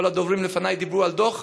כל הדוברים לפני דיברו על דוֹח.